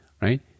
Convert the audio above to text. right